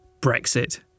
Brexit